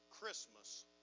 Christmas